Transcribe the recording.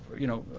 you know,